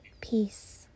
peace